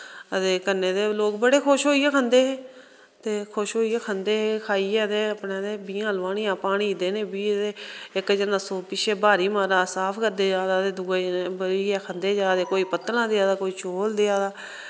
हां ते कन्नै ते लोक बड़े खुश होइयै खंदे हे ते खुश होइयै खंदे हे खाइयै ते अपने ते बीआं लोआनियां पानी देने बीऽ ते इक जना सौ पिच्छे ब्हारी मारा दा साफ करदे जा दा ते दूए जने बेहियै खंदे जा दे कोई पत्तलां देआ दा कोई चौल देआ दा